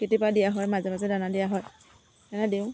কেতিয়াবা দিয়া হয় মাজে মাজে দানা দিয়া হয় তেনেকৈ দিওঁ